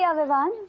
ah vivaan!